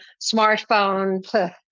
smartphone